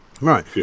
Right